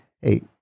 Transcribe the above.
hey